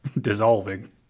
dissolving